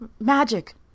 Magic